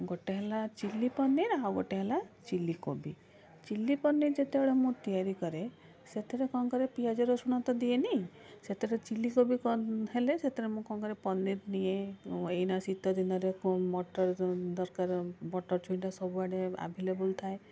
ଗୋଟେ ହେଲା ଚିଲି ପନିର୍ ଆଉ ଗୋଟେ ହେଲା ଚିଲିକୋବି ଚିଲିପନିର୍ ଯେତେବେଳେ ମୁଁ ତିଆରି କରେ ସେଥିରେ କ'ଣ କରେ ପିଆଜ ରସୁଣ ତ ଦିଏନି ସେଥିରେ ଚିଲିକୋବି ହେଲେ ସେଥିରେ ମୁଁ କ'ଣ କରେ ପନିର୍ ନିଏ ଏଇନା ଶୀତଦିନରେ ମଟର ଦରକାର ମଟର ଛୁଇଁଟା ସବୁଆଡ଼େ ଆଭେଲେବୁଲ୍ ଥାଏ